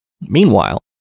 Meanwhile